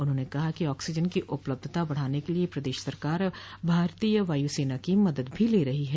उन्होंने कहा कि ऑक्सीजन की उपलब्धता बढ़ाने के लिये प्रदेश सरकार भारतीय वायु सेना की मदद भी ले रही है